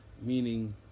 meaning